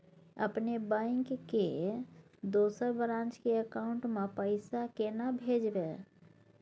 अपने बैंक के दोसर ब्रांच के अकाउंट म पैसा केना भेजबै?